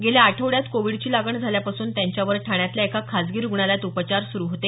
गेल्या आठवड्यात कोविडची लागण झाल्यापासून त्यांच्यावर ठाण्यातल्या एका खासगी रुग्णालयात उपचार सुरु होते